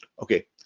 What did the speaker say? okay